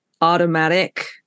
automatic